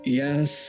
yes